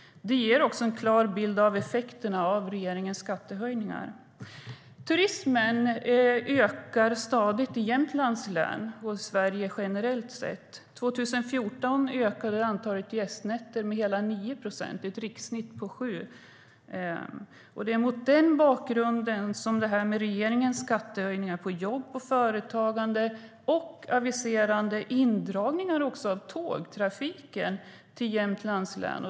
Det ger också en klar bild av effekterna av regeringens skattehöjningar. Turismen ökar stadigt i Jämtlands län och i Sverige generellt sett. År 2014 ökade antalet gästnätter med hela 9 procent, och det är ett rikssnitt på 7 procent. Det är mot den bakgrunden man ska se regeringens skattehöjningar på jobb och företagande och aviserade indragningar av tågtrafiken till Jämtlands län.